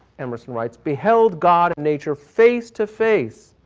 emerson writes, beheld god and nature face to face.